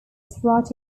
throughout